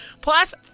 plus